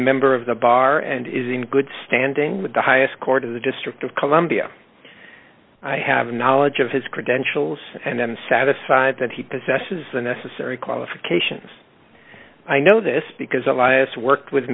member of the bar and is in good standing with the highest court of the district of columbia i have knowledge of his credentials and i am satisfied that he possesses the necessary qualifications i know this because elias worked with